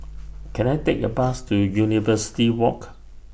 Can I Take A Bus to University Walk